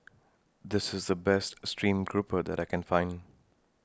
This IS The Best Stream Grouper that I Can Find